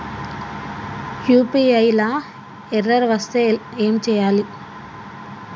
UPI లా error వస్తే ఏం చేయాలి?